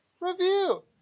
review